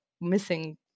missing